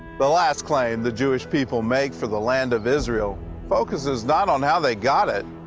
the last claim the jewish people make for the land of israel focuses not on how they got it,